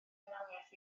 hunaniaeth